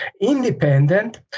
independent